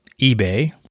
eBay